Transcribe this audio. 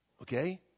okay